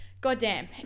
goddamn